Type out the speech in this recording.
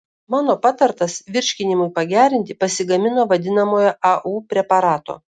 mano patartas virškinimui pagerinti pasigamino vadinamojo au preparato